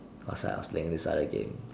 cause I was playing this other game